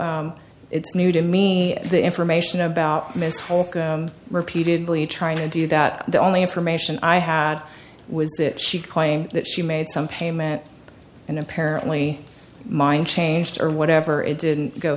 it's new to me the information about mr holcombe repeatedly trying to do that the only information i had was that she claimed that she made some payment and apparently mine changed or whatever it didn't go